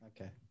Okay